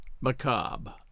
Macabre